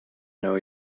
know